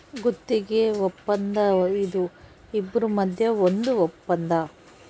ಗುತ್ತಿಗೆ ವಪ್ಪಂದ ಇದು ಇಬ್ರು ಮದ್ಯ ಒಂದ್ ವಪ್ಪಂದ